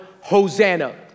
Hosanna